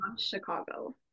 Chicago